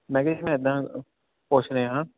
ਮੈ ਕਿਹਾ ਜੀ ਮੈਂ ਐਦਾਂ ਪੁੱਛ ਰਿਹਾ